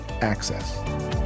access